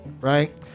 right